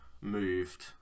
moved